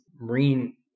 marine